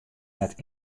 net